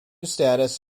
status